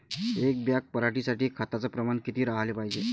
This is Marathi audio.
एक बॅग पराटी साठी खताचं प्रमान किती राहाले पायजे?